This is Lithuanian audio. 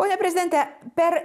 pone prezidente per